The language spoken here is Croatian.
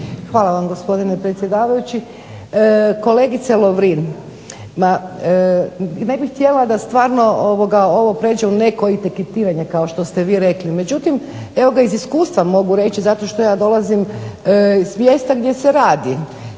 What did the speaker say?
Hvala vam gospodine predsjedavajući. Kolegice Lovrin ma ne bih htjela da stvarno ovo pređe u neko etiketiranje kao što ste vi rekli, međutim evo ga iz iskustva mogu reći zato što ja dolazim s mjesta gdje se radi